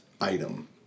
item